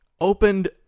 opened